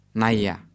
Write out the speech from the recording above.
naya